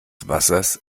wassers